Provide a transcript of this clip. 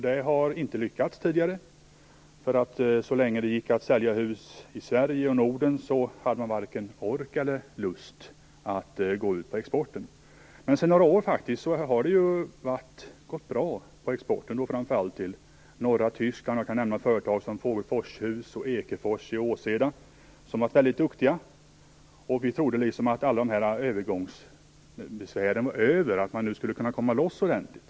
Det har inte lyckats tidigare; så länge det gick att sälja hus i Sverige och i Norden hade man varken ork eller lust att gå ut med export. Sedan några år har dock exporten faktiskt gått bra, framför allt exporten till norra Tyskland. Företag som Fågelfors och Ekefors i Åseda kan nämnas i detta sammanhang, de har varit mycket duktiga. Vi trodde att alla övergångsbesvär nu var över, och att man skulle kunna komma loss ordentligt.